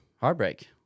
heartbreak